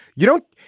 you know,